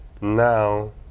now